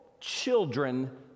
children